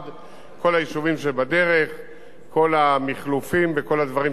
כל המִחלופים וכל הדברים שתואמו, ומשוקת לנבטים.